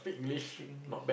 speak English